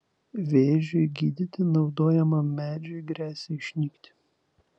vėžiui gydyti naudojamam medžiui gresia išnykti